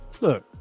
Look